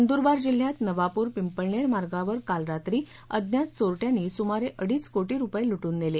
नंदुरबार जिल्ह्यात नवापूर पिंपळनेर मार्गावर काल रात्री अज्ञात चोरट्यांनी सुमारे अडीच कोटी रुपये लुटून नेले